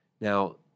Now